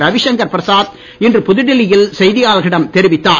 ரவிஷங்கர் பிரசாத் இன்று புதுடில்லி யில் செய்தியாளர்களிடம் தெரிவித்தார்